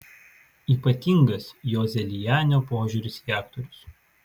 ypatingas joselianio požiūris į aktorius